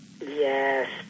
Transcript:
yes